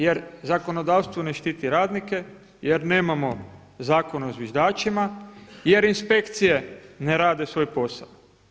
Jer zakonodavstvo ne štiti radnike, jer nemamo Zakon o zviždačima, jer inspekcije ne rade svoj posao.